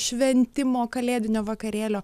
šventimo kalėdinio vakarėlio